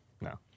no